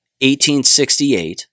1868